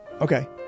Okay